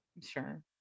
sure